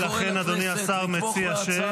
ולכן אדוני השר מציע ש-?